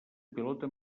pilota